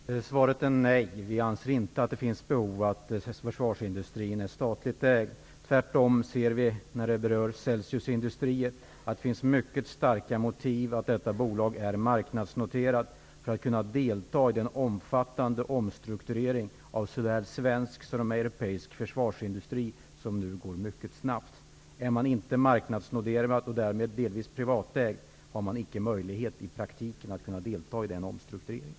Fru talman! Svaret är nej. Vi anser inte att det finns behov av att försvarsindustrin är statligt ägd. Tvärtom finns det när det gäller Celsius Industrier mycket starka motiv för att detta bolag är marknadsnoterat, för att det skall kunna delta i den omfattande omstrukturering av såväl svensk som europeisk försvarsindustri som nu går mycket snabbt. Om företaget inte är marknadsnoterat och därmed delvis privatägt, har man i praktiken icke möjlighet att delta i den omstruktureringen.